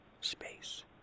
space